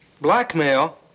Blackmail